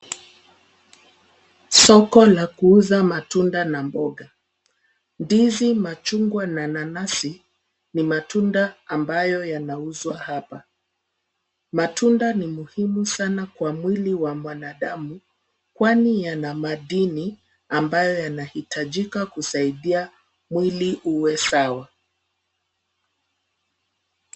Soko la kuuza matunda na mboga. Ndizi, machungwa na nanasi ni matunda ambayo yanauzwa hapa. Matunda ni muhimu sana kwa mwili wa mwanadamu kwani yana madini ambayo yanahitajika kusaidia mwili uwe sawa.